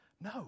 No